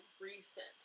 recent